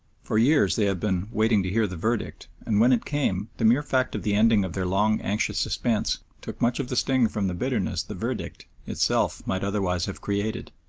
for years they had been waiting to hear the verdict, and when it came, the mere fact of the ending of their long, anxious suspense, took much of the sting from the bitterness the verdict itself might otherwise have created.